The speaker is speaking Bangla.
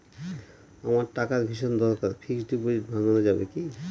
আমার টাকার ভীষণ দরকার ফিক্সট ডিপোজিট ভাঙ্গানো যাবে কি?